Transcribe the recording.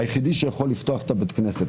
היחיד שיכול לפתוח את בית הכנסת,